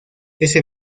ese